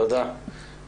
תודה.